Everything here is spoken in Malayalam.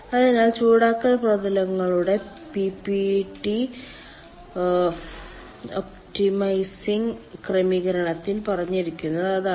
അതിനാൽ ചൂടാക്കൽ പ്രതലങ്ങളുടെ പിപിടി ഒപ്റ്റിമൈസിംഗ് ക്രമീകരണത്തിൽ പറഞ്ഞിരിക്കുന്നത് അതാണ്